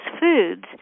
foods